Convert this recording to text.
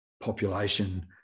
Population